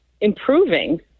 improving